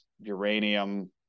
uranium